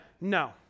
No